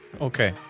Okay